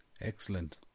Excellent